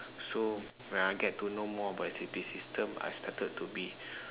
so when I get to know more about S_A_P system I started to be